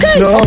no